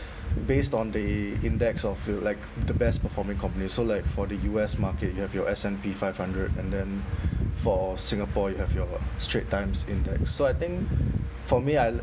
based on the index of the like the best performing companies so like for the U_S market you have your S and P five hundred and then for singapore you have your straits times index so I think for me I